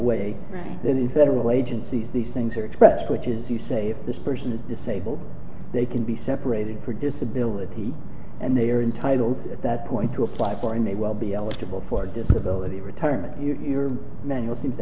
all agencies these things are expressed which is you say this person is disabled they can be separated for disability and they are entitled at that point to apply for and they will be eligible for disability retirement your manual seems to